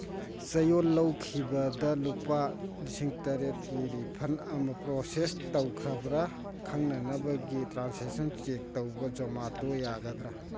ꯆꯌꯣꯜ ꯂꯧꯈꯤꯕꯗ ꯂꯨꯄꯥ ꯂꯤꯁꯤꯡ ꯇꯔꯦꯠꯀꯤ ꯔꯤꯐꯟ ꯑꯃ ꯄ꯭ꯔꯣꯁꯦꯁ ꯇꯧꯈ꯭ꯔꯕꯔ ꯈꯪꯅꯅꯕꯒꯤ ꯇ꯭ꯔꯥꯟꯁꯦꯁꯟ ꯆꯦꯛ ꯇꯧꯕ ꯖꯣꯃꯥꯇꯣ ꯌꯥꯒꯗ꯭ꯔ